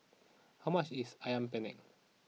how much is Ayam Penyet